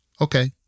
okay